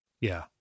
Yeah